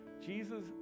Jesus